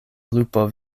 lupo